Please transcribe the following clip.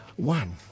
One